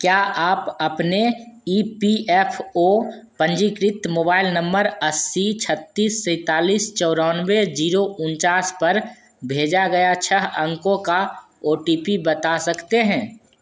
क्या आप अपने ई पी एफ ओ पंजीकृत मोबाइल नम्बर अस्सी छत्तीस सैंतालीस चौरानवे जीरो उनचास भेजा गया छह अंकों का ओ टी पी बता सकते हैं